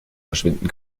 verschwinden